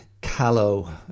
callow